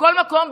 בכל מקום,